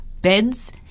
beds